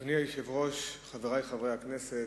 אדוני היושב-ראש, חברי חברי הכנסת,